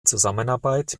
zusammenarbeit